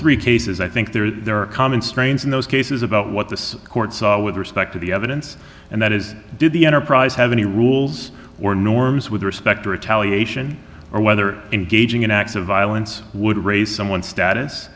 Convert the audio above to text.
three cases i think there are common strains in those cases about what the court saw with respect to the evidence and that is did the enterprise have any rules or norms with respect to retaliate or whether engaging in acts of violence would raise someone status